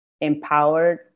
empowered